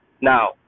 Now